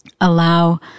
allow